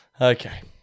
Okay